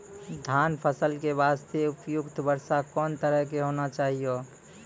धान फसल के बास्ते उपयुक्त वर्षा कोन तरह के होना चाहियो?